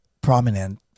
prominent